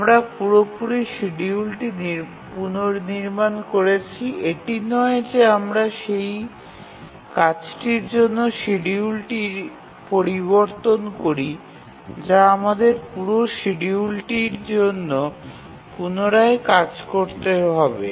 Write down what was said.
আমরা পুরোপুরি শিডিউলটি পুনঃনির্মাণ করেছি এটি নয় যে আমরা সেই কাজটির জন্য শিডিউলটি পরিবর্তন করি যা আমাদের পুরো শিডিউলটির জন্য পুনরায় কাজ করতে হবে